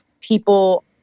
People